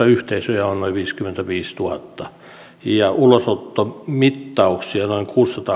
yhteisöjä on noin viisikymmentäviisituhatta ja ulosottomittauksia noin